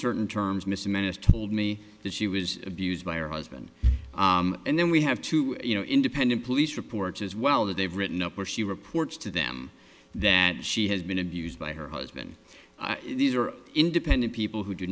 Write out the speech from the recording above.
certain terms mr minister told me that she was abused by her husband and then we have to you know independent police reports as well that they've written up where she reports to them that she has been abused by her husband these are independent people who do